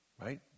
Right